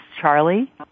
Charlie